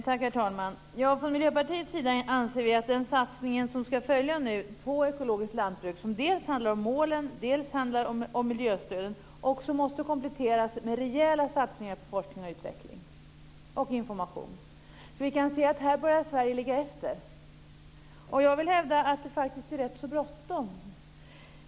Herr talman! Från Miljöpartiet anser vi att den satsning på ekologiskt lantbruk som nu ska följa och som dels handlar om målen dels om miljöstöden, måste kompletteras med rejäla satsningar på forskning, utveckling och information. Här börjar Sverige ligga efter. Jag vill hävda att det faktiskt är rätt så bråttom.